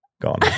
Gone